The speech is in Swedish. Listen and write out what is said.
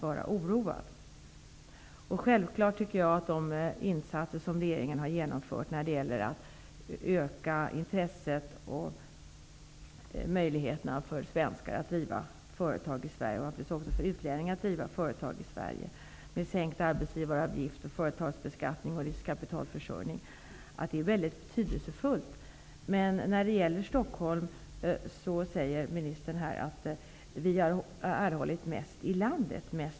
Självfallet tycker jag att de insatser i form av sänkt arbetsgivaravgift, sänkt företagsbeskattning, riskkapitalförsörjning som regeringen har genomfört när det gäller att öka intresset och möjligheterna för svenskar att driva företag i Sverige och naturligtvis även för utlänningar att driva företag i Sverige är mycket betydelsefulla. Men ministern säger att Stockholm har erhållit mest stöd i landet.